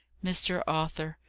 mr. arthur,